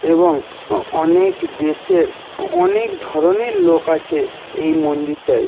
এবং অনেক দেশের অনেক ধরনের লোক আছে এই মন্দিরটায়